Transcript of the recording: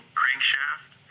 crankshaft